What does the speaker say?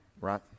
right